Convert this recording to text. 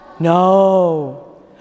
No